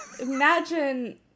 imagine